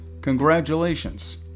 Congratulations